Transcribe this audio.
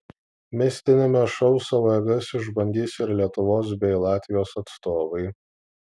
mistiniame šou savo jėgas išbandys ir lietuvos bei latvijos atstovai